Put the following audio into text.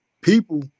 people